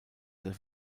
der